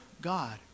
God